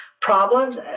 problems